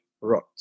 rot